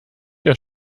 der